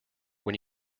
when